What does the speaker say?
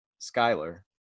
Skyler